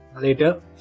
later